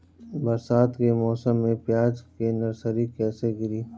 बरसात के मौसम में प्याज के नर्सरी कैसे गिरी?